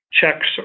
checks